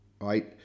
right